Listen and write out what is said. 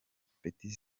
petit